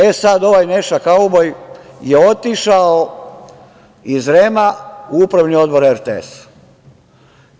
E, sada ovaj Neša kauboj je otišao iz REM-a u Upravni odbor RTS-a.